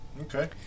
Okay